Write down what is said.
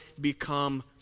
become